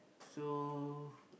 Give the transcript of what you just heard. so